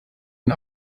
und